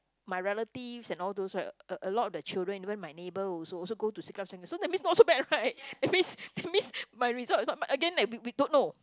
my relatives and all those right a a lot the children when my neighbour also also go to Siglap second so that means not so bad right that means that means my result is not bad again like we we don't know